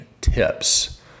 tips